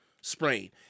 sprain